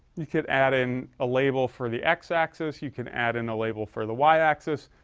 you could add in, a label for the x axis, you can add in a label for the y axis,